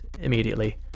immediately